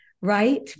right